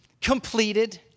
completed